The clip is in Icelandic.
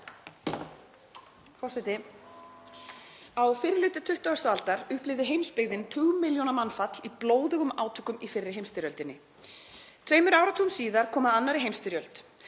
Á fyrri hluta 20. aldar upplifði heimsbyggðin tugmilljóna mannfall í blóðugum átökum í fyrri heimsstyrjöldinni. Tveimur áratugum síðar kom að annarri heimsstyrjöld.